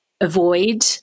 avoid